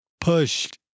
pushed